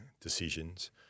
decisions